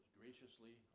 graciously